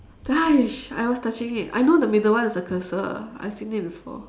ya I was touching it I know the middle one is a cursor I've seen it before